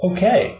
Okay